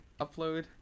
upload